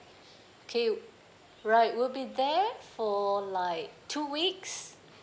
okay right we'll be there for like two weeks